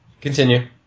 Continue